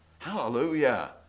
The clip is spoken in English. Hallelujah